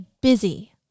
busy